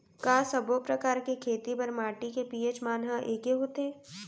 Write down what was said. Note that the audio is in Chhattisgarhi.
का सब्बो प्रकार के खेती बर माटी के पी.एच मान ह एकै होथे?